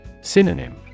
Synonym